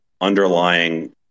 underlying